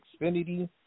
Xfinity